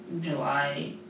July